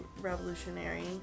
revolutionary